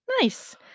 Nice